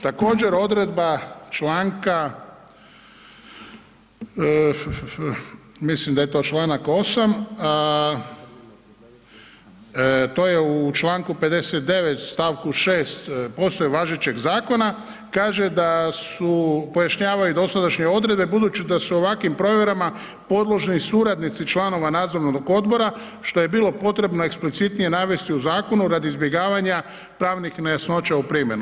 Također odredba članka, mislim da je to članak 8., to je u članku 59. stavku 6. postaje važećeg zakona kaže da su, pojašnjavaju dosadašnje odredbe budući da su ovakvim provjerama podložni suradnici članova nadzornog odbora što je bilo potrebno eksplicitnije navesti u zakonu radi izbjegavanja pravnih nejasnoća u primjeni.